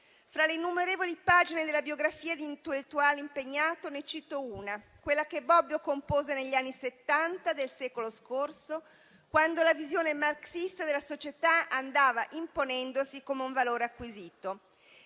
Fra le innumerevoli pagine della biografia di intellettuale impegnato, ne cito una, quella che Bobbio compose negli anni Settanta del secolo scorso, quando la visione marxista della società andava imponendosi come un valore acquisito.